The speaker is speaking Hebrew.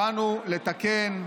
באנו לתקן,